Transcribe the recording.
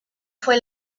fue